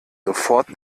sofort